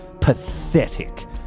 pathetic